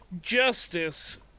justice